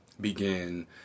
begin